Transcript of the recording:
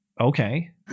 okay